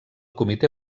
comitè